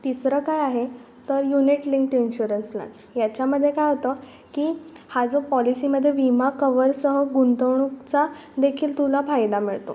तिसरं काय आहे तर युनिट लिंक्ट इन्श्युरन्स प्लान्स याच्यामध्ये काय होतं की हा जो पॉलिसीमध्ये विमा कवरसह गुंतवणूकचा देखील तुला फायदा मिळतो